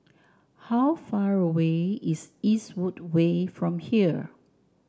how far away is Eastwood Way from here